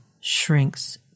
shrinks